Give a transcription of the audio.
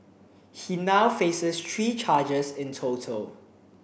he now faces three charges in total